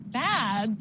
bad